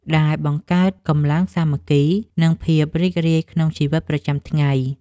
ដែលបង្កើតកម្លាំងសាមគ្គី និងភាពរីករាយក្នុងជីវិតប្រចាំថ្ងៃ។